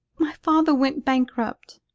my father went bankrupt,